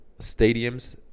stadiums